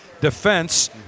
defense